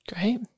great